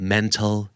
Mental